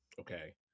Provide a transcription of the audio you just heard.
okay